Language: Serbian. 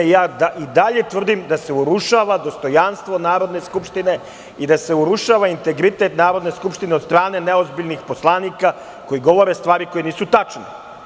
I dalje tvrdim da se urušava dostojanstvo Narodne skupštine i da se urušava integritet Narodne skupštine od strane neozbiljnih poslanika koji govore stvari koje nisu tačne.